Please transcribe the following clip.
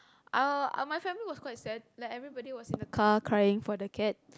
I'll my family was quite sad like everybody was in the car crying for the cat